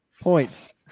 points